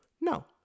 No